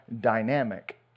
dynamic